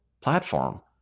platform